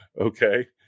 Okay